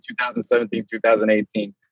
2017-2018